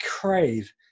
crave